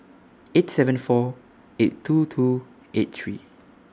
eight seven four eight two two eight three